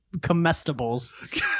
comestibles